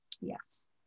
Yes